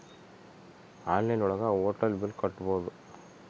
online ಒಳಗ hotel bill ಕಟ್ಬೋದು